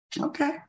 Okay